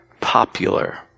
popular